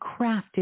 crafted